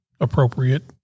appropriate